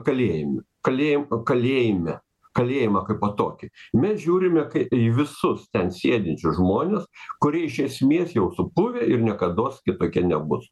kalėjimu kalėjim kalėjime kalėjimą kaipo tokį mes žiūrime kai į visus ten sėdinčius žmones kurie iš esmės jau supuvę ir niekados kitokie nebus